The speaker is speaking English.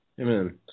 Amen